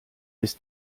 bis